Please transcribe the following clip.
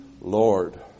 Lord